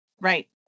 Right